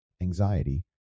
anxiety